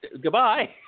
goodbye